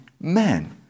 man